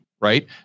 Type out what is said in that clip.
right